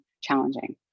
challenging